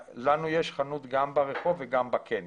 לנו יש חנות גם ברחוב וגם בקניון.